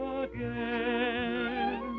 again